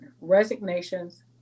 resignations